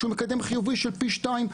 שהוא מקדם חיובי של פי שניים.